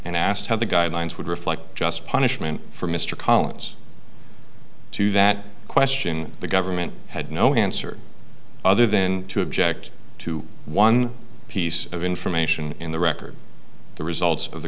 and asked how the guidelines would reflect just punishment from mr collins to that question the government had no answer other than to object to one piece of information in the record the results of the